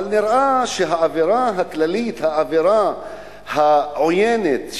אבל נראה שהאווירה הכללית, האווירה העוינת,